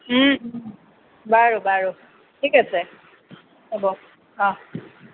ওম ওম বাৰু বাৰু ঠিক আছে হ'ব অ